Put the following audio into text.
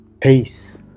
peace